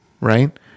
right